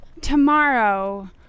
tomorrow